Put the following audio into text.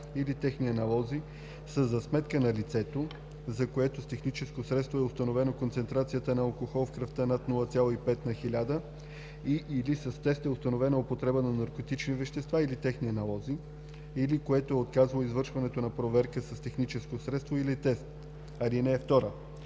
или техни аналози са за сметка на лицето, за което с техническо средство е установена концентрация на алкохол в кръвта над 0,5 на хиляда и/или с тест е установена употреба на наркотични вещества или техни аналози или което е отказало извършването на проверка с техническо средство или тест. (2) Разходите